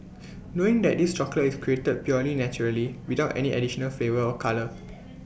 knowing that this chocolate is created purely naturally without any additional flavour or colour